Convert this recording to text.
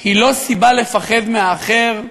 הם לא סיבה לפחד מהאחר,